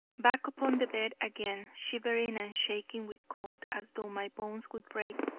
back upon the bed again, shivering and shaking with cold as though my bones would break,